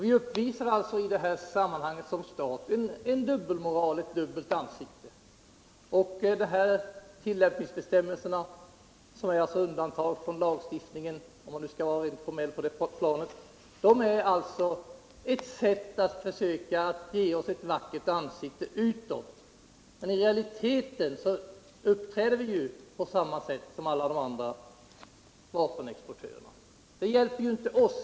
Vi uppvisar alltså i detta sammanhang som stat en dubbelmoral, ett dubbelansikte. De här tillämpningsföreskrifterna — som alltså är undantag från lagstiftningen, om man nu skall vara rent formell på det planet — är ett sätt att försöka ge oss ett vackert ansikte utåt, men i realiteten uppträder vi på samma sätt som alla andra vapenexportörer.